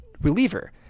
reliever